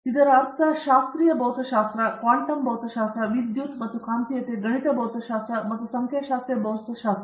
ಆದ್ದರಿಂದ ಇದರರ್ಥ ಶಾಸ್ತ್ರೀಯ ಭೌತಶಾಸ್ತ್ರ ಕ್ವಾಂಟಮ್ ಭೌತಶಾಸ್ತ್ರ ವಿದ್ಯುತ್ ಮತ್ತು ಕಾಂತೀಯತೆ ಮತ್ತು ಗಣಿತ ಭೌತಶಾಸ್ತ್ರ ಮತ್ತು ಸಂಖ್ಯಾಶಾಸ್ತ್ರೀಯ ಭೌತಶಾಸ್ತ್ರ